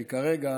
כי כרגע